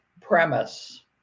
premise